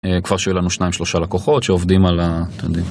כבר שהיו לנו שניים שלושה לקוחות שעובדים על ה..